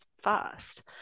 first